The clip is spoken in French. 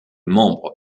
membre